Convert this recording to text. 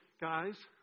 guys